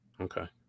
Okay